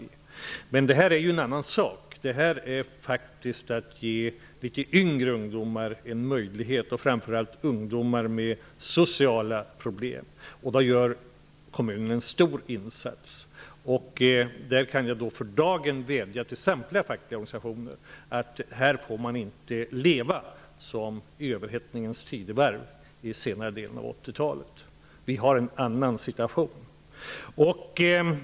Det som Göte Jonsson tar upp är en annan sak. Det handlar om att ge litet yngre ungdomar och ungdomar med sociala problem en möjlighet. Kommunen gör en stor insats. För dagen kan jag vädja till samtliga fackliga organisationer att inte leva som i överhettningens tidevarv, under senare delen av 80-talet. Situationen är en annan.